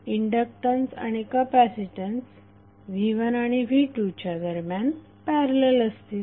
inductance आणि capacitance v1 आणि v2 च्या दरम्यान पॅरलल असतील